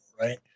right